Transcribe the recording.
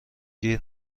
گیر